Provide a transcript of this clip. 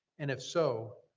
and if so,